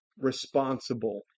responsible